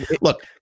look